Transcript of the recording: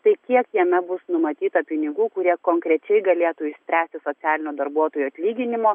tai kiek jame bus numatyta pinigų kurie konkrečiai galėtų išspręsti socialinių darbuotojų atlyginimo